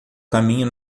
caminho